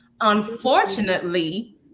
Unfortunately